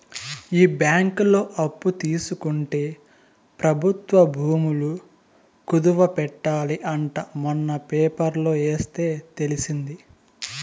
ఈ బ్యాంకులో అప్పు తీసుకుంటే ప్రభుత్వ భూములు కుదవ పెట్టాలి అంట మొన్న పేపర్లో ఎస్తే తెలిసింది